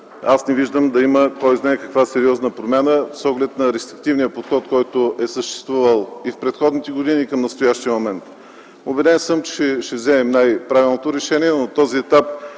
аз не виждам да има кой знае каква сериозна промяна с оглед на рестриктивния подход, който е съществувал и в предходните години, и към настоящия момент. Убеден съм, че ще вземем най-правилното решение. На този етап,